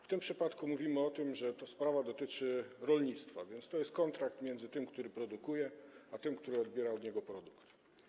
W tym przypadku mówimy o tym, że ta sprawa dotyczy rolnictwa, więc to jest kontrakt między tym, który produkuje, a tym, który odbiera od niego produkt.